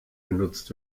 benutzt